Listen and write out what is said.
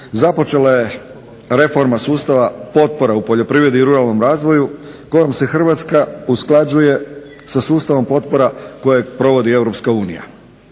započela je reforma sustava potpora u poljoprivredi i ruralnom razvoju s kojom se Hrvatska usklađuje sa sustavom potpora koje provodi Europska unija.